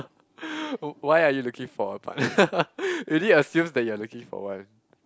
why are you looking for a partner already assumes that you are looking for one